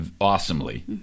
awesomely